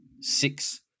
six